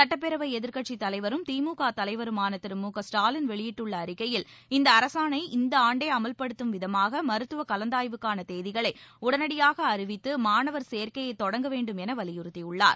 சட்டப்பேரவை எதிர்க்கட்சித் தலைவரும் திமுக தலைவருமான திரு மு க ஸ்டாலின் வெளியிட்டுள்ள அறிக்கையில் இந்த அரசாணையை இந்த ஆண்டே அமல்படுத்தும் விதமாக மருத்துவ கலந்தாய்வுக்கான தேதிகளை உடனடியாக அறிவித்து மாணவர் சேர்க்கையை தொடங்க வேண்டும் என வலியுறத்தியுள்ளார்